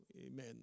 Amen